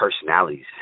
personalities